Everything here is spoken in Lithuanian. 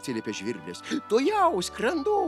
atsiliepė žvirblis tuojau skrendu